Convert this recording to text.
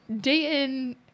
dayton